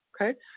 Okay